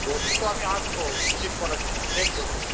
পরশু তো আমি আসবো ভিজিট করার জন্য দেখবো জায়গাটা